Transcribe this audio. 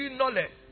knowledge